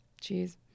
cheese